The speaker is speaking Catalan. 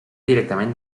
directament